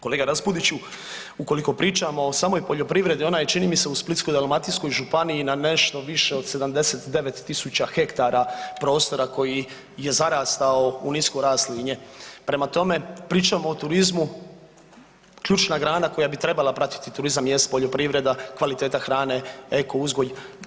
Kolega Raspudiću, ukoliko pričamo o samoj poljoprivredi ona je čini mi se u Splitsko-dalmatinskoj županiji na nešto više od 79.000 hektara prostora koji je zarastao u nisko raslinje, prema tome pričamo o turizmu ključna grana koja bi trebala pratiti turizam jest poljoprivreda, kvaliteta hrane, eko uzgoj.